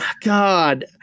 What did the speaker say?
God